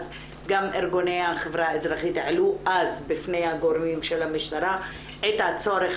גם ארגוני החברה האזרחית העלו אז בפני הגורמים של המשטרה את הצורך